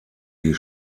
die